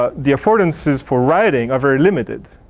ah the affordances for writing are very limited.